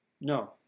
No